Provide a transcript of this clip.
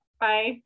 Bye